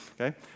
okay